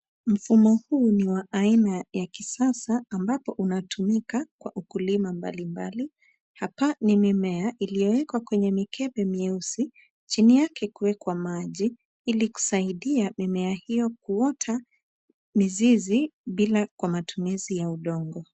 Mfumo huu ni wa aina ya kisasa ambapo unatumika kwa ukulima mbalimbali hapa ni mimea iliowekwa kwenye mikebe mieusi chini yake kuwekwa maji ili kusaidia mimea hiyo Kuota mizizi bila kwa matumizi ya udongo.